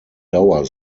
dauer